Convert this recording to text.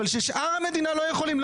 אבל ששאר המדינה לא יכולים,